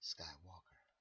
Skywalker